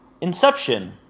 inception